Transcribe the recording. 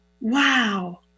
wow